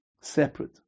separate